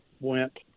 went